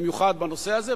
במיוחד בנושא הזה.